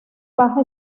baja